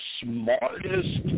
smartest